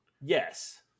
Yes